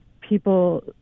people